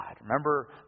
Remember